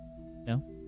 No